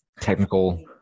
technical